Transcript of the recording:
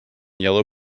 yellow